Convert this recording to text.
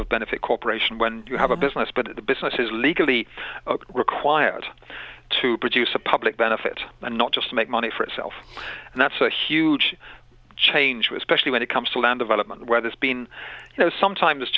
of benefit corporation when you have a business but the business is legally required to produce a public benefit and not just make money for itself and that's a huge change with specially when it comes to land development where there's been you know sometimes